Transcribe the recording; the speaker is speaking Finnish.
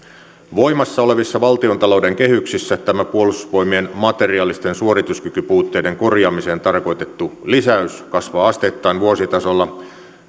voimassa olevissa valtiontalouden kehyksissä tämä puolustusvoimien materialististen suorituskykypuutteiden korjaamiseen tarkoitettu lisäys kasvaa asteittain vuositasolla